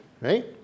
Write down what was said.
right